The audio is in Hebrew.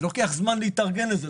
לוקח זמן להתארגן לזה,